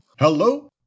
hello